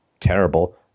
terrible